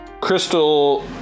crystal